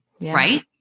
right